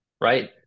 right